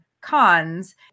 cons